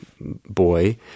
boy